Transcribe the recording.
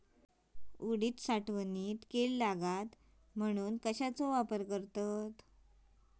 उडीद साठवणीत कीड लागात म्हणून कश्याचो वापर करतत?